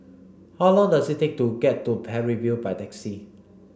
how long does it take to get to Parry View by taxi